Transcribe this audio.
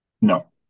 No